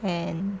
and